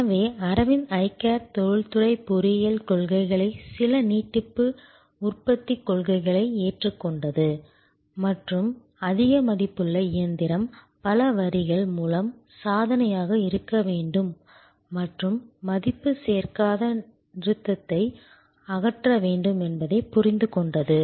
எனவே Aravind eye care தொழில்துறை பொறியியல் கொள்கைகளை சில நீட்டிப்பு உற்பத்திக் கொள்கைகளை ஏற்றுக்கொண்டது மற்றும் அதிக மதிப்புள்ள இயந்திரம் பல வரிகள் மூலம் சாதனையாக இருக்க வேண்டும் மற்றும் மதிப்பு சேர்க்காத நிறுத்தத்தை அகற்ற வேண்டும் என்பதை புரிந்து கொண்டது